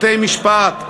בתי-משפט,